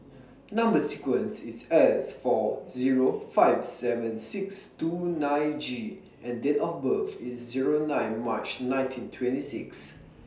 Number sequence IS S four Zero five seven six two nine G and Date of birth IS Zero nine March nineteen twenty six